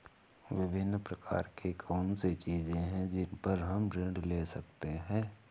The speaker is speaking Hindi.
विभिन्न प्रकार की कौन सी चीजें हैं जिन पर हम ऋण ले सकते हैं?